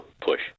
push